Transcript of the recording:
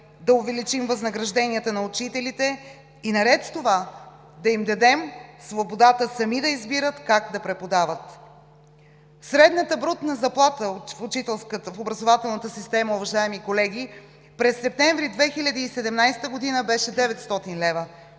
да увеличим възнагражденията на учителите и наред с това да им дадем свободата сами да избират как да преподават. Средната брутна заплата в образователната система, уважаеми колеги, през септември 2017 г. беше 900 лв.,